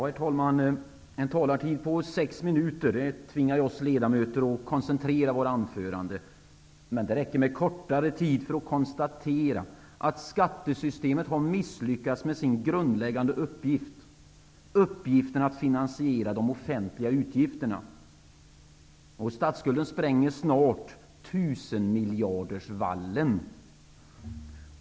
Herr talman! En talartid på 6 minuter tvingar oss ledamöter att koncentrera våra anföranden. Men det räcker med kortare tid för att konstatera att skattesystemet har misslyckats med sin grundläggande uppgift, nämligen uppgiften att finansiera de offentliga utgifterna. Statsskulden spränger snart 1 000-miljardersvallen.